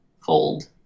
Fold